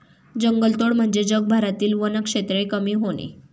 जंगलतोड म्हणजे जगभरातील वनक्षेत्र कमी होणे